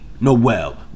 noel